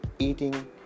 eating